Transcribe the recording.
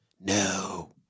No